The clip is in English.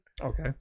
Okay